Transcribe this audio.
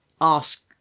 ask